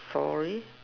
sorry